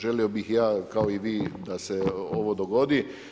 Želio bih ja kao i vi da se ovo dogodi.